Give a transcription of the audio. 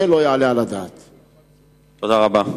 תודה רבה.